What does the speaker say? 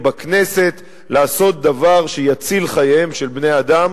ואם בכנסת, לעשות דבר שיציל חיים של בני-אדם.